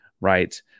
Right